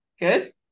good